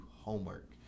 homework